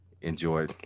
enjoy